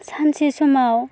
सानसे समाव